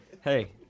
Hey